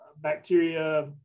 bacteria